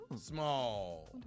Small